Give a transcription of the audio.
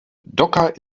docker